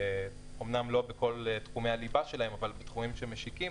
אמנם לא בכל תחומי הליבה שלהם אבל בתחומים שמשיקים,